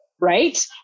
right